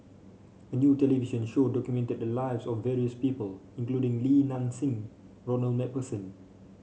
a new television show documented the lives of various people including Li Nanxing Ronald MacPherson